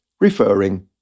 referring